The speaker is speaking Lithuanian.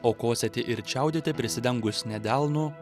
o kosėti ir čiaudėti prisidengus ne delnu